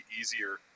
easier